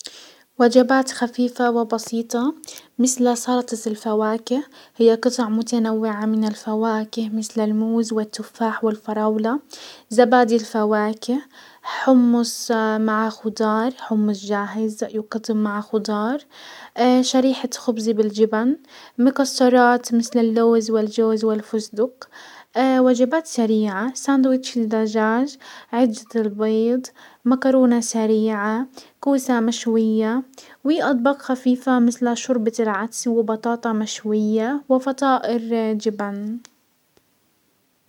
وجبات خفيفة وبسيطة مسل سلطة الفواكه، هي قطع متنوعة من الفواكه مسل الموز والتفاح والفراولةن زبادي الفواكه حمص مع خضار، حمص جاهز ويقدم مع خضار، خبزة بالجبن، مكسرات مثل اللوز والجوز والفسدق، وجبات سريعة، ساندوتش الدجاج، عجة البيض، مكرونة سريعة، كوسة مشويةن واطباق خفيفة مسل شوربة العدس، وبطاطا مشوية، فطائر جبن.